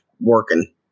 working